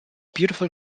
beautiful